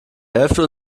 hälfte